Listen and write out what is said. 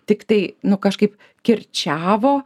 tiktai nu kažkaip kirčiavo